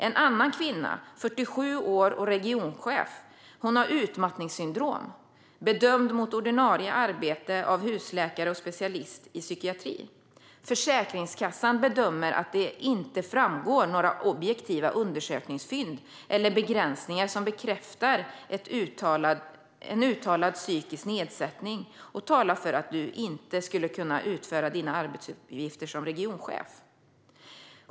En annan kvinna, 47 år gammal och regionchef, har utmattningssyndrom, bedömd mot ordinarie arbete av husläkare och specialist i psykiatrin. Försäkringskassan bedömer att det inte framgår några objektiva undersökningsfynd eller begränsningar som bekräftar en uttalad psykisk nedsättning och talar för att hon inte skulle kunna utföra sina arbetsuppgifter som regionchef.